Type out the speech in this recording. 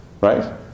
right